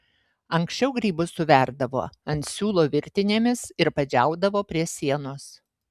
anksčiau grybus suverdavo ant siūlo virtinėmis ir padžiaudavo prie sienos